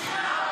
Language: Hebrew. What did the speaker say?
בושה,